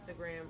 Instagram